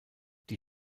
die